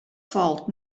falt